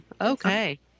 Okay